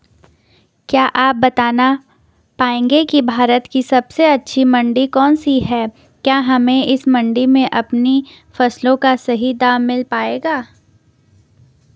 क्या आप बताना पाएंगे कि भारत की सबसे अच्छी मंडी कौन सी है क्या हमें इस मंडी में अपनी फसलों का सही दाम मिल पायेगा?